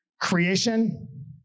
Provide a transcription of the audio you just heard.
creation